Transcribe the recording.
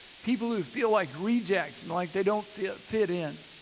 people who feel like rejects and like they don't feel fit in.